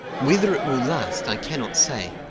whether it will last i cannot say.